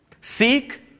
Seek